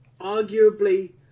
arguably